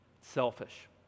selfish